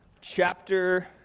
chapter